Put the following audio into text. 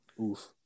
Oof